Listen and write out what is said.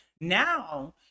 now